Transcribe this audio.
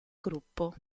gruppo